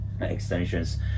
extensions